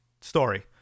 story